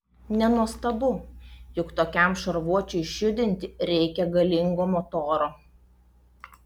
nenuostabu jog tokiam šarvuočiui išjudinti reikia galingo motoro